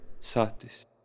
Satis